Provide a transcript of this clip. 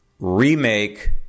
Remake